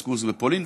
סקולסק שבפולין,